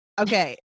Okay